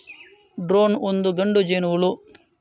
drone ಒಂದು ಗಂಡು ಜೇನುಹುಳು